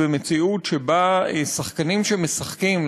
במציאות שבה שחקנים שמשחקים,